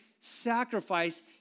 sacrifice